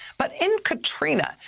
but in katrina,